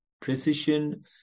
precision